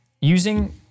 using